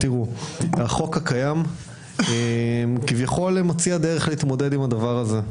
החוק הקיים כביכול מציע דרך להתמודד עם הדבר הזה.